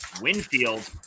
Winfield